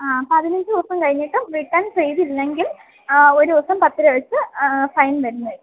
ആ പതിനഞ്ച് ദിവസം കഴിഞ്ഞിട്ടും റിട്ടേൺ ചെയ്തില്ലെങ്കിൽ ഒരു ദിവസം പത്ത് രുപ വെച്ച് ഫൈൻ വരുന്നതായിരിക്കും